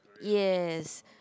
yes